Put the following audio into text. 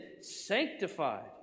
sanctified